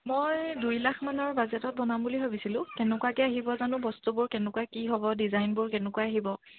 মই দুই লাখমানৰ বাজেটত বনাম বুলি ভাবিছিলোঁ কেনেকুৱাকৈ আহিব জানো বস্তুবোৰ কেনেকুৱা কি হ'ব ডিজাইনবোৰ কেনেকুৱা আহিব